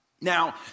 now